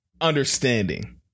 understanding